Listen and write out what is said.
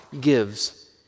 gives